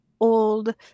old